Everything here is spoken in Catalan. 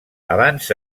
abans